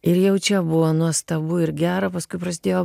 ir jau čia buvo nuostabu ir gera paskui prasidėjo